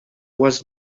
was